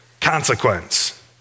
Consequence